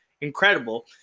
incredible